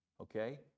Okay